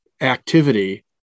activity